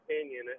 opinion